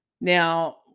Now